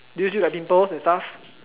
do you still have pimples and stuff